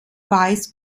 weiss